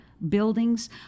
buildings